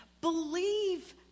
believe